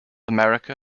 america